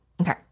Okay